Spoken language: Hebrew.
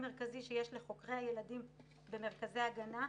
המרכזי שיש לחוקרי הילדים במרכזי הגנה,